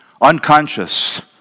unconscious